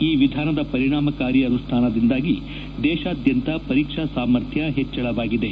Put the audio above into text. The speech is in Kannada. ಈ ವಿಧಾನದ ಪರಿಣಾಮಕಾರಿ ಆನುಷ್ಟಾನದಿಂದಾಗಿ ದೇಶಾದ್ಯಂತ ಪರೀಕ್ಷಾ ಸಾಮರ್ಥ್ಯ ಪೆಚ್ಚಳವಾಗಿದೆ